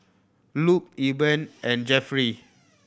Luke Eben and Jeffry